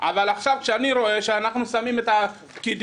אבל עכשיו כשאני רואה שאנחנו יורים על הפקידים